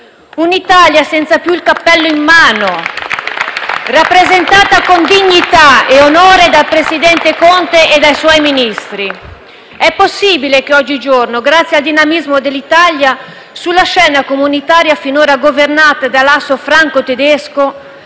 un'Italia senza più il cappello in mano, rappresentata con dignità e onore dal presidente Conte e dai suoi Ministri. È possibile che oggigiorno, grazie al dinamismo dell'Italia, sulla scena comunitaria, finora governata dall'asse franco-tedesco,